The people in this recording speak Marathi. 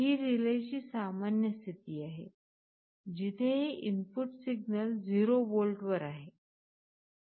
ही रिलेची सामान्य स्थिती आहे जिथे हे इनपुट सिग्नल 0 व्होल्टवर आहे